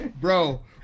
bro